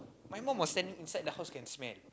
my mom was standing inside the house can smell